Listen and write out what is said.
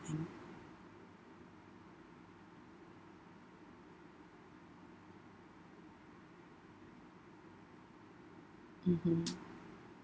think mmhmm